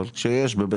אבל כשיש בבית החולים.